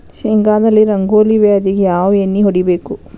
ಶೇಂಗಾದಲ್ಲಿ ರಂಗೋಲಿ ವ್ಯಾಧಿಗೆ ಯಾವ ಎಣ್ಣಿ ಹೊಡಿಬೇಕು?